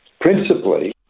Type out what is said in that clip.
principally